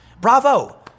Bravo